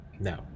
No